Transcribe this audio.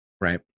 Right